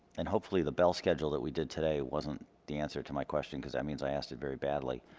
and hopefully the bell schedule that we did today wasn't the answer to my question because that means i asked it very badly